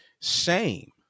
Shame